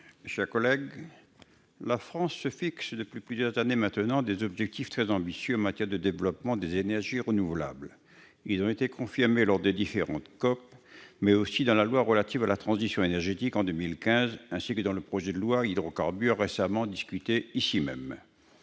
chers collègues, la France se fixe depuis plusieurs années maintenant des objectifs très ambitieux en matière de développement des énergies renouvelables. Ceux-ci ont été confirmés lors des différentes COP, mais aussi dans la loi relative à la transition énergétique pour la croissance verte en 2015, ainsi que dans le projet de loi mettant fin à la